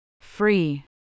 Free